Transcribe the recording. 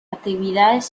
actividades